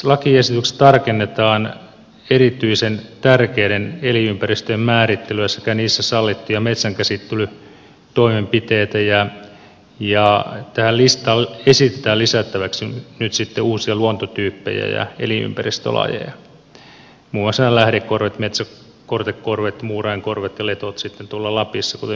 lakiesityksessä tarkennetaan erityisen tärkeiden elinympäristöjen määrittelyä sekä niissä sallittuja metsänkäsittelytoimenpiteitä ja tähän listaan esitetään lisättäväksi nyt sit ten uusia luontotyyppejä ja elinympäristölajeja muun muassa nämä lähdekorvet metsäkortekorvet muurainkorvet ja letot sitten tuolla lapissa kuten ministeri totesi